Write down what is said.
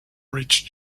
reach